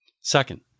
Second